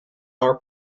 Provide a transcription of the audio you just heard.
our